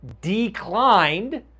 declined